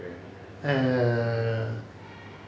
err